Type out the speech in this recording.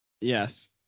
Yes